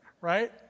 right